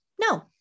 No